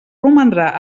romandrà